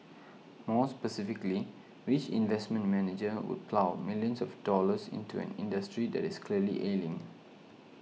more specifically which investment manager would plough millions of dollars into an industry that is clearly ailing